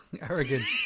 arrogance